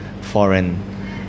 foreign